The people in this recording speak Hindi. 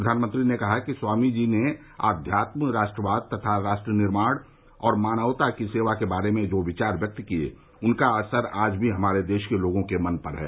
प्रधानमंत्री ने कहा कि स्वामीजी ने अध्यात्म राष्ट्रवाद तथा राष्ट्र निर्माण और मानवता की सेवा के बारे में जो विचार व्यक्त किये उनका असर आज भी हमारे देश के लोगों के मन पर है